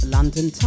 London